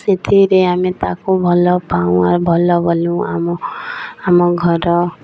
ସେଥିରେ ଆମେ ତାକୁ ଭଲ ପାଉ ଆର ଭଲ ଗଲୁ ଆମ ଆମ ଘର